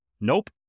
Nope